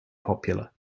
popular